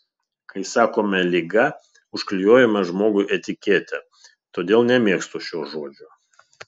kai sakome liga užklijuojame žmogui etiketę todėl nemėgstu šio žodžio